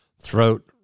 throat